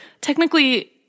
technically